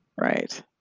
right